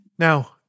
Now